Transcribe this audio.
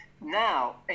Now